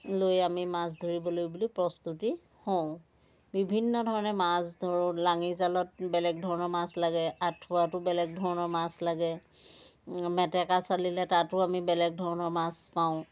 লৈ আমি মাছ ধৰিবলৈ বুলি প্ৰস্তুতি হওঁ বিভিন্ন ধৰণে মাছ ধৰোঁ লাঙি জালত বেলেগ ধৰণৰ মাছ লাগে আঠুৱাতো বেলেগ ধৰণৰ মাছ লাগে মেটেকা চালিলে তাতো আমি বেলেগ ধৰণৰ মাছ পাওঁ